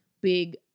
big